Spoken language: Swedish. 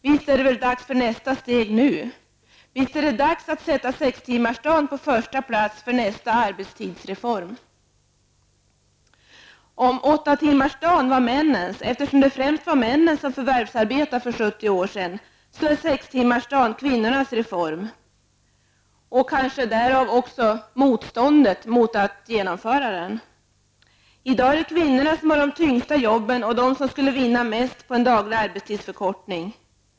Visst är det väl dags för nästa steg nu? Visst är det dags att sätta sextimmarsdagen på första plats för nästa arbetstidsreform. Om åttatimmarsdagen var männens reform, eftersom det främst var männen som förvärvsarbetade för 70 år sedan, så är sextimmarsdagen kvinnornas reform, och det är kanske därför som detta motstånd finns mot att genomföra den. I dag är det kvinnorna som har de tyngsta jobben och de som skulle vinna mest på en daglig arbetstidsförkortning.